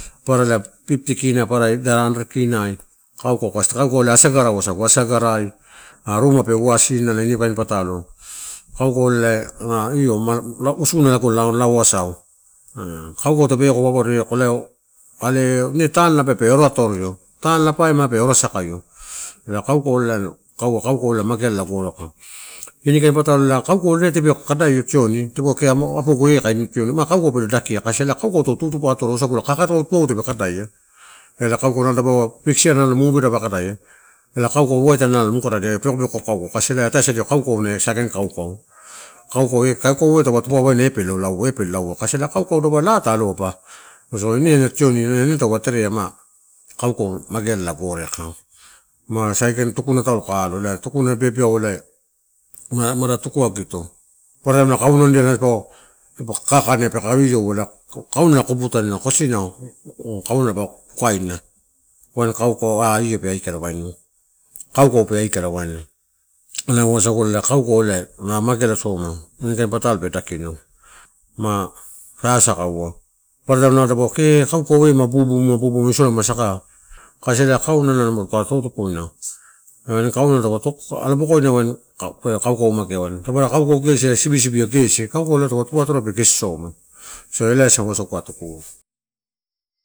Paparala fifty kina idai hundred kina, kaukau kasi. Kaukau ela asagarai wasagi, asagarai ah ruma pa wasinoela ini kain patalo. kaukau ela na io, ma usuna ma lauasau. kaukau tape eko pauapado eko are ine tanela pe ora atorio, tanela pai pe ora sakaio, ela kaukau. Kaua kaukau mageala ia gore aika ini kain patalo elaa. Kaukau ine tape kada io tioni, tapeua kee apogu na eh kain tiona ua, ma kaukau pe dakia, kasi ela kaukau tau tupatupa atoria sau usagulala kakata tua tape kadaia, ela kaukau nalo dapau piksiai, movie tadapa kadaia, ela kaukau, waita mukada ia peko peko kaukau kasi ela ataisadiato ukau a saikain kaukau. Kaukau eh eh taupe tupuwaine eh pe laua, pe laua, kasi kaukau ba ela laa ta oloaba. ine na tioni ela inetaupa tere a ma kaukau magealala gore aika. Ma saikain tukuna taulo kai alo elai tukuna beabeau mada tukuagito paparadia kaunadia alo peke kakanea io kaunala kotutaina, kosina kaunala papukaina ain io pe aikala waini. Kaukau pe aikala ela wasagula kaukau na mageala soma ini kain potalo pe dakino. Ma sasakaua paparataim dapaua ee kaukau eh ma bubu bubuma isola ma saka kasi kaunala kaunala muka pupikaina ela kauna taupe alo bokoina pe kaukau magea. Papara kaukau gesi ia sibisibi kaukau ela taupe tupa atoria ela pe gesi soma. So ela wasagu kai tuku'ua.